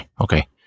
okay